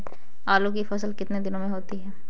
आलू की फसल कितने दिनों में होती है?